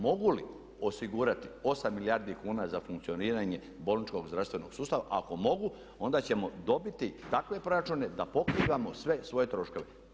Mogu li osigurati 8 milijardi kuna za funkcioniranje bolničkog zdravstvenog sustava, ako mogu, onda ćemo dobiti takve proračune da pokrivamo sve svoje troškove.